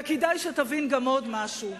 וכדאי שתבין גם עוד משהו,